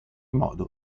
modo